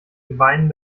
gebeinen